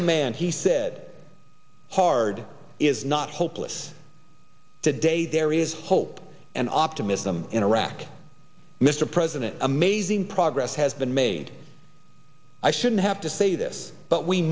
command he said hard is not hopeless today there is hope and optimism in iraq mr president amazing progress has been made i shouldn't have to say this but we